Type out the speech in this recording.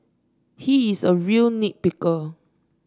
he is a real nit picker